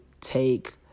take